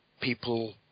people